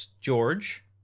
George